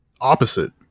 opposite